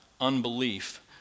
unbelief